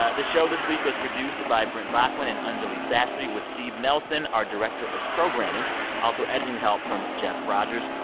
ah the show this week was produced by brent baughman and anjuli sastry with steve nelson, our director of programming also, editing help from jeff rogers.